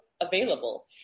available